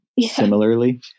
similarly